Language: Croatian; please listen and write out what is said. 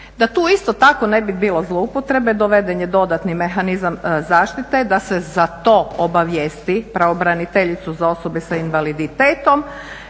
Da tu isto tako ne bi bilo zlouporabe doveden je dodatni mehanizam zaštite da se za to obavijesti pravobraniteljicu za osobe s invaliditetom